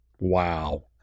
Wow